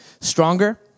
stronger